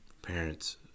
Parents